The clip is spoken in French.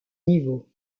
niveau